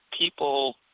people